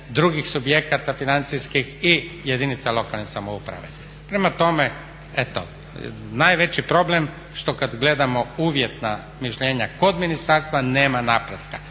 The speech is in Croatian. drugih subjekata financijskih i jedinica lokalne samouprave. Prema tome, eto najveći problem što kad gledamo uvjetna mišljenja kod ministarstva nema napretka.